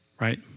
right